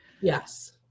Yes